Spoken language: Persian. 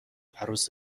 عروس